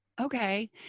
Okay